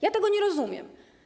Ja tego nie rozumiem.